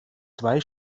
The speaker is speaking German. zwei